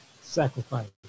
sacrifice